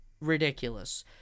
ridiculous